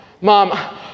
Mom